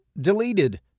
deleted